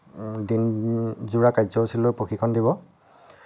দিনজোৰা কাৰ্যসূচী লৈ প্ৰশিক্ষণ দিব